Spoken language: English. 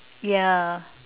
yeah